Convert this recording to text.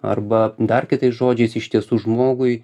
arba dar kitais žodžiais iš tiesų žmogui